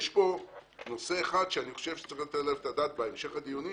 יש פה נושא אחד שאני חושב שצריך לתת עליו את הדעת בהמשך הדיונים